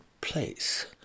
place